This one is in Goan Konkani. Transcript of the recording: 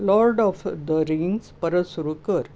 लॉर्ड ऑफ द रिंग्स परत सुरू कर